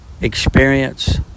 experience